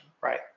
right